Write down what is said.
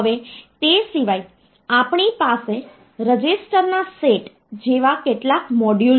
હવે તે સિવાય આપણી પાસે રજીસ્ટરના સેટ જેવા કેટલાક મોડ્યુલ છે